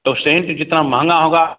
तो सेंट जितना महंगा होगा